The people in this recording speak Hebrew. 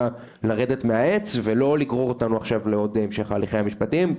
לרדת מהעץ ולא לגרור אותנו עכשיו לעוד המשך ההליכים המשפטיים,